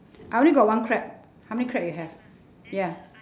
I only got one crab how many crab you have ya